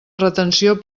retenció